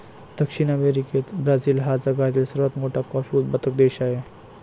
दक्षिण अमेरिकेत ब्राझील हा जगातील सर्वात मोठा कॉफी उत्पादक देश आहे